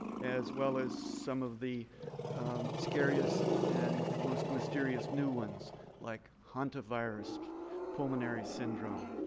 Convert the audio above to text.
as well as some of the scariest and most mysterious new ones like hantavirus pulmonary syndrome.